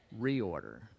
reorder